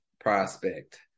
prospect